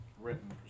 written